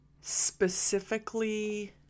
specifically